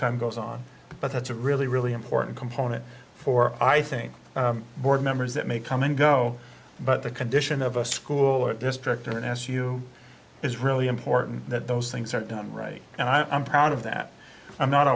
time goes on but that's a really really important component for i think board members that may come and go but the condition of a school or district and as you is really important that those things are done right and i'm proud of that i'm not